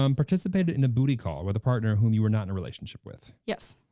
um participated in a booty call with a partner whom you were not in a relationship with? yes.